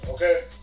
Okay